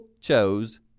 chose